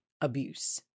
abuse